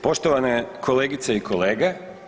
Poštovane kolegice i kolege.